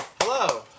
Hello